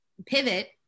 pivot